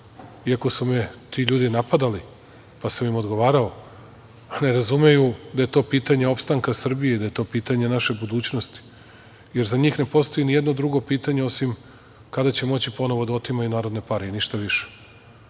iako su me ti ljudi napadali, pa sam im odgovarao, ne razumeju da je to pitanje opstanka Srbije, da je to pitanje naše budućnosti, jer za njih ne postoji ni jedno drugo pitanje osim - kada će moći ponovo da otimaju narodne pare i ništa više,